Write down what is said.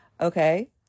Okay